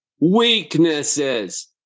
Weaknesses